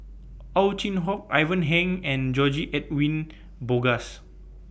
Ow Chin Hock Ivan Heng and George Edwin Bogaars